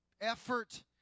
effort